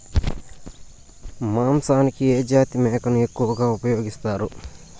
మాంసానికి ఏ జాతి మేకను ఎక్కువగా ఉపయోగిస్తారు?